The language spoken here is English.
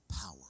power